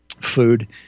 food